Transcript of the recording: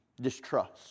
distrust